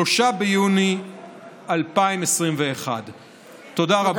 3 ביוני 2021. תודה רבה.